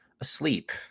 asleep